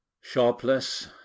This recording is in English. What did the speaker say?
Sharpless